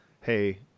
hey